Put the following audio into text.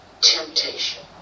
temptation